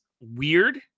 weird